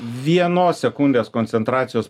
vienos sekundės koncentracijos